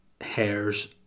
hairs